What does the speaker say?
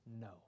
no